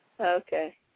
Okay